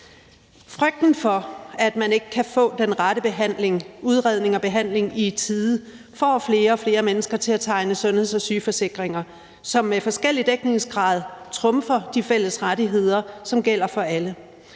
Frygten for, at man ikke kan få den rette udredning og behandling i tide, får flere og flere mennesker til at tegne sundheds- og sygeforsikringer, som med forskellig dækningsgrad trumfer de fælles rettigheder, som gælder for alle.